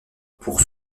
pour